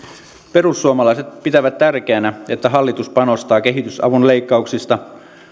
perussuomalaiset pitävät tärkeänä että hallitus panostaa kehitysavun leikkauksista